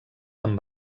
amb